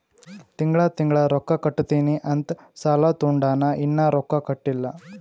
ತಿಂಗಳಾ ತಿಂಗಳಾ ರೊಕ್ಕಾ ಕಟ್ಟತ್ತಿನಿ ಅಂತ್ ಸಾಲಾ ತೊಂಡಾನ, ಇನ್ನಾ ರೊಕ್ಕಾ ಕಟ್ಟಿಲ್ಲಾ